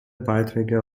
beiträge